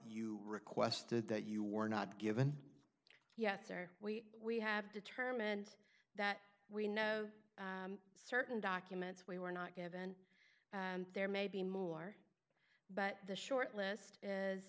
you requested that you were not given yes or we we have determined that we know certain documents we were not given there may be more but the short list